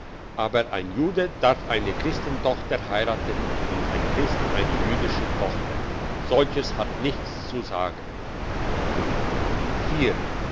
aber ein jude darf eine christentochter heiraten und ein christ eine jüdische tochter solches hat nichts zu sagen